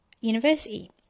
university